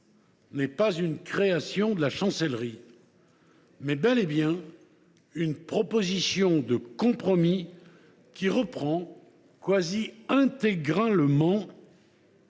non pas d’une création de la Chancellerie, mais bel et bien d’une proposition de compromis, qui reprend quasi intégralement